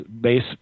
base